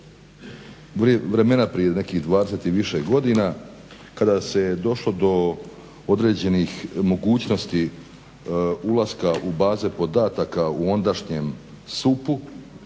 Vremena prije 20 i nešto više godina kada se je došlo do određenih mogućnosti ulaska u baze podataka u ondašnjem SUP-u